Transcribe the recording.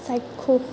চাক্ষুষ